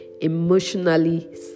emotionally